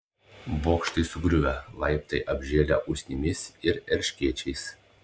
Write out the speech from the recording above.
bokštai sugriuvę laiptai apžėlę usnimis ir erškėčiais